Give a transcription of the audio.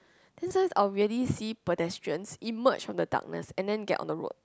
then sometimes I will really see pedestrians emerge from the darkness and then get on the road